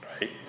Right